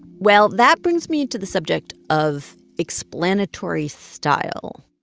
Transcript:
well, that brings me to the subject of explanatory style